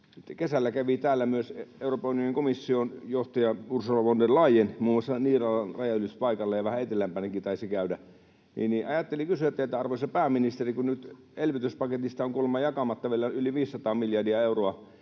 Kesällä kävi täällä myös Euroopan unionin komission johtaja Ursula von der Leyen muun muassa Niiralan rajanylityspaikalla ja vähän etelämpänäkin taisi käydä, ja ajattelin kysyä teiltä, arvoisa pääministeri: Kun nyt elvytyspaketista on kuulemma jakamatta vielä yli 500 miljardia euroa,